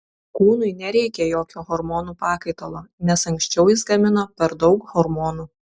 kūnui nereikia jokio hormonų pakaitalo nes anksčiau jis gamino per daug hormonų